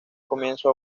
comienzo